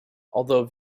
although